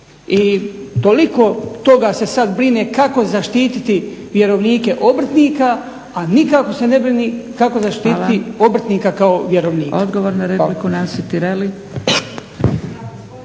I toliko toga se sad brine kako zaštititi vjerovnike obrtnika, a nikako se ne brini kako zaštiti obrtnika kao vjerovnika.